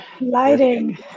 Lighting